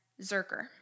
Zerker